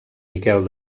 miquel